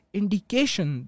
indication